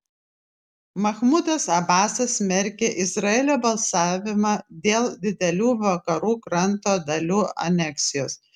machmudas abasas smerkia izraelio balsavimą dėl didelių vakarų kranto dalių aneksijos